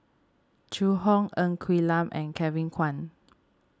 Zhu Hong Ng Quee Lam and Kevin Kwan